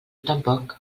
tampoc